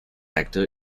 actor